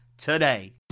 today